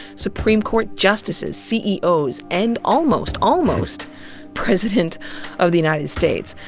supreme court justices, ceos, and almost almost president of the united states.